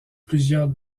plusieurs